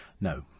No